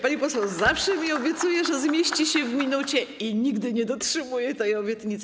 Pani poseł zawsze mi obiecuje, że zmieści się w minucie i nigdy nie dotrzymuje tej obietnicy.